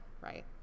right